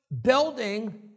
building